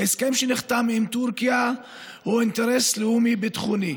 ההסכם שנחתם עם טורקיה הוא אינטרס לאומי ביטחוני.